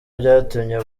byatumye